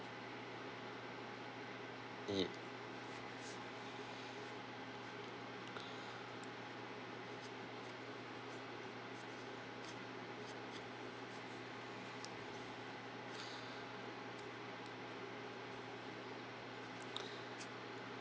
ye~